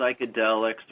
psychedelics